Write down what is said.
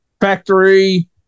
factory